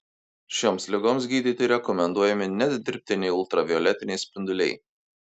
šioms ligoms gydyti rekomenduojami net dirbtiniai ultravioletiniai spinduliai